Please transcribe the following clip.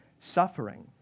suffering